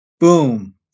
Boom